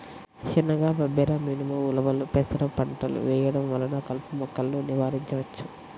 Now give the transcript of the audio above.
శనగ, బబ్బెర, మినుము, ఉలవలు, పెసర పంటలు వేయడం వలన కలుపు మొక్కలను నివారించవచ్చు